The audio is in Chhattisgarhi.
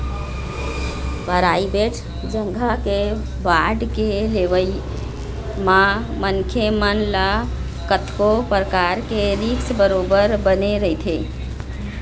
पराइबेट जघा के बांड के लेवई म मनखे मन ल कतको परकार के रिस्क बरोबर बने रहिथे